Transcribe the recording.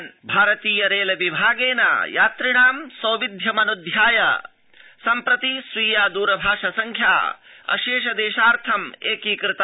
रत्त्रि दरभाष भारतीय रेल् विभागेन यात्रिणां सौविध्यमन्ध्याय सम्प्रति स्वीया द्रभाष संख्या अशेष देशार्थम् एकीकृता